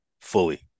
fully